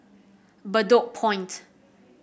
Bedok Point